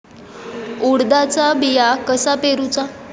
उडदाचा बिया कसा पेरूचा?